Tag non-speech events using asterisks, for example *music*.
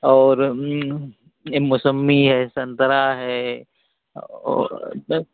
और मौसम्बी है संतरा है और *unintelligible*